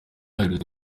aherutse